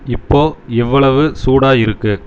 இப்போ எவ்வளவு சூடாக இருக்கு